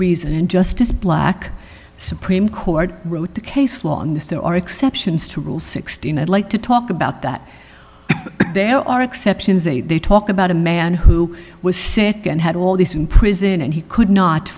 reason and justice black supreme court wrote the case law on this there are exceptions to rules sixteen i'd like to talk about that there are exceptions a they talk about a man who was sick and had all these in prison and he could not